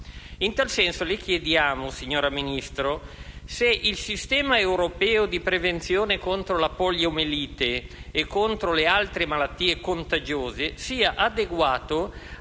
In tal senso le chiediamo, signora Ministra: se il sistema europeo di prevenzione contro la poliomielite e contro le altre malattie contagiose sia adeguato